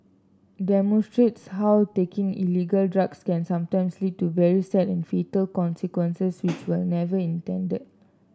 demonstrates how taking illegal drugs can sometimes lead to very sad and fatal consequences which were never intended